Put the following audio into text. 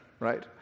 right